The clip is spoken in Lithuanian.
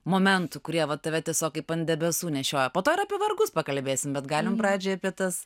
momentų kurie tave tiesiog kaip ant debesų nešioja po to apie vargus pakalbėsim bet galim pradžiai apie tas